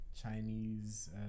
Chinese